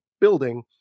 building